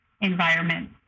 environment